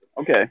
okay